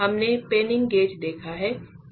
हमने Penning gauge देखा है